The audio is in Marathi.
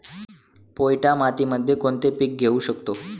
पोयटा मातीमध्ये कोणते पीक घेऊ शकतो?